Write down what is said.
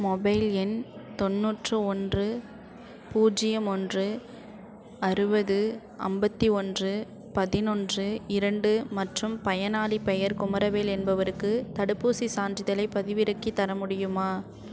mobile எண் தொண்ணூற்று ஒன்று பூஜ்ஜியம் ஒன்று அறுபது ஐம்பத்தி ஒன்று பதினொன்று இரண்டு மற்றும் பயனாளிப் பெயர் குமரவேல் என்பவருக்கு தடுப்பூசிச் சான்றிதழைப் பதிவிறக்கித் தர முடியுமா